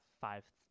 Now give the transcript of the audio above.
five